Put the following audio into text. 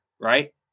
right